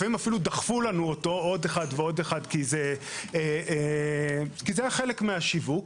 לפעמים אפילו דחפו לנו אותו עוד אחד ועוד אחד כי זה היה חלק מהשיווק,